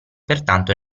pertanto